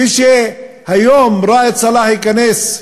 כשהיום ראאד סלאח ייכנס,